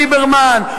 ליברמן?